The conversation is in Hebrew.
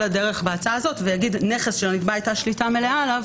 הדרך בהצעה הזאת ויגיד שנכס שלא נקבעה שליטה מלאה עליו,